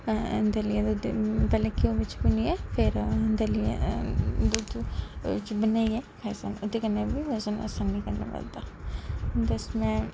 दलिया पैह्लें घ्योऽ च भुनदे फिर दलिया दुद्ध च बनाइयै ओह्दे कन्नै बी बजन आसानी कन्नै बधदा दसमां